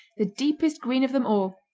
the deepest green of them all,